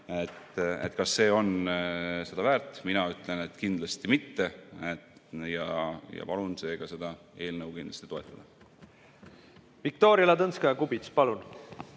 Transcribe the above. Kas see on seda väärt? Mina ütlen, et kindlasti mitte. Palun seda eelnõu seega kindlasti toetada. Viktoria Ladõnskaja-Kubits, palun!